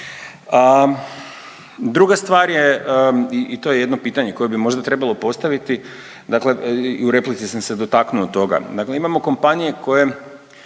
Druga stvar je, i to je jedno pitanje koje bi možda trebalo postaviti, dakle i u replici sam se dotaknuo toga. Dakle imamo kompanije koje